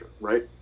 right